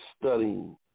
studying